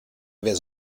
wer